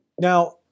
Now